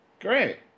Great